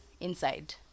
inside